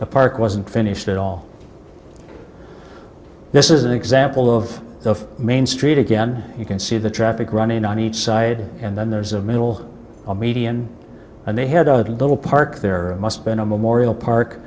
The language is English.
the park wasn't finished at all this is an example of the main street again you can see the traffic running on each side and then there's a middle of median and they had a little park there must been a memorial park